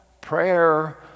prayer